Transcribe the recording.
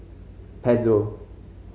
Pezzo